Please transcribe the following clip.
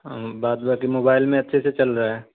باقی موبائل میں اچھے سے چل رہا ہے